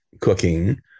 cooking